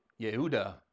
Yehuda